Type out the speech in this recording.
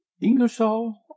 Ingersoll